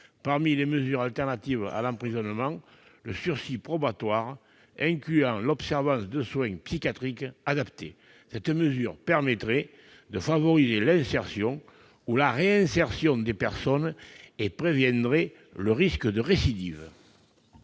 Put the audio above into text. parmi les mesures alternatives à l'emprisonnement, le sursis probatoire incluant l'observance de soins psychiatriques adaptés. Cette mesure permettrait de favoriser l'insertion ou la réinsertion des personnes et de prévenir le risque de récidive.